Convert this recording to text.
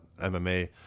MMA